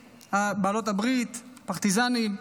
פרטיזנים.